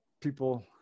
people